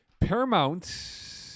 Paramount